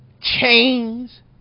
chains